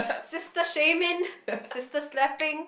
sister shaming sister slapping